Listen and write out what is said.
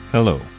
Hello